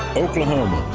oklahoma,